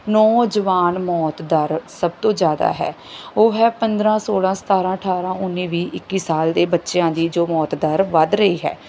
ਨੌਜਵਾਨ ਮੌਤ ਦਰ ਸਭ ਤੋਂ ਜ਼ਿਆਦਾ ਹੈ ਉਹ ਹੈ ਪੰਦਰਾਂ ਸੋਲ੍ਹਾਂ ਸਤਾਰਾਂ ਅਠਾਰਾਂ ਉੱਨੀ ਵੀਹ ਇੱਕੀ ਸਾਲ ਦੇ ਬੱਚਿਆਂ ਦੀ ਜੋ ਮੌਤ ਦਰ ਵਧ ਰਹੀ ਹੈ